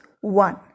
one